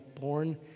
born